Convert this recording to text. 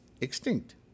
extinct